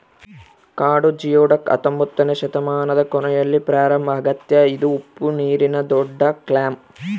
ಕಾಡು ಜಿಯೊಡಕ್ ಹತ್ತೊಂಬೊತ್ನೆ ಶತಮಾನದ ಕೊನೆಯಲ್ಲಿ ಪ್ರಾರಂಭ ಆಗ್ಯದ ಇದು ಉಪ್ಪುನೀರಿನ ದೊಡ್ಡಕ್ಲ್ಯಾಮ್